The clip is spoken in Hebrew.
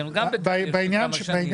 הם גם בתהליך של כמה שנים.